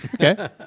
Okay